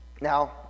Now